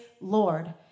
lord